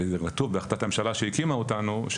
וזה בהחלטת הממשלה שהקימה אותנו,